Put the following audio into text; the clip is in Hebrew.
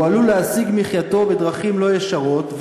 הוא עלול להשיג מחייתו בדרכים לא ישרות,